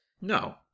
no